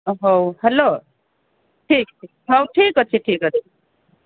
ହଉ ହେଲୋ ଠିକ୍ ହଉ ଠିକ୍ ଅଛି ଠିକ୍ ଅଛି